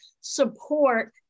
support